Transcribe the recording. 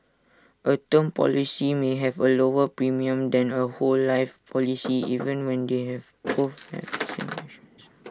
A term policy may have A lower premium than A whole life policy even when they both